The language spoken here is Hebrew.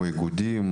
כמו איגודים,